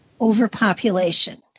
overpopulation